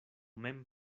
mem